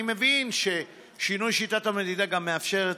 אני מבין ששינוי שיטת המדידה גם מאפשרת,